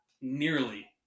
nearly